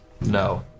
No